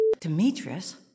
Demetrius